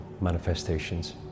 manifestations